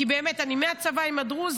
כי אני באמת מהצבא עם הדרוזים,